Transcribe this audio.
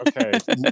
Okay